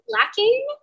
lacking